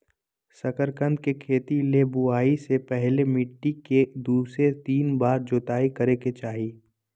शकरकंद के खेती ले बुआई से पहले मिट्टी के दू से तीन बार जोताई करय के चाही